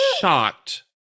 Shocked